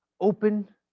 Open